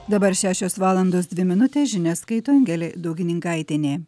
dabar šešios valandos dvi minutės žinias skaito angelė daugininkaitienė